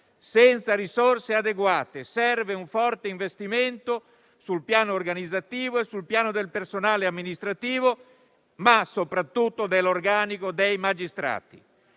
senza risorse adeguate. Serve un forte investimento sul piano organizzativo e sul piano del personale amministrativo, ma soprattutto dell'organico dei magistrati.